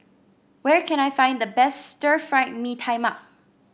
where can I find the best Stir Fried Mee Tai Mak